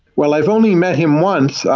well, i've only met him once.